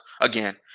again